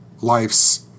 life's